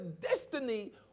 destiny